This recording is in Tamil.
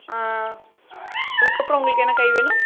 அதுக்கப்புறம் உங்களுக்கு என்ன காய் வேணும்